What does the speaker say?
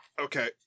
Okay